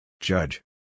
Judge